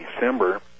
December